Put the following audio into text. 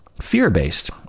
fear-based